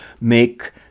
make